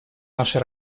наша